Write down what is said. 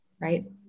right